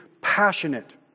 passionate